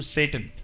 Satan